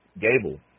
Gable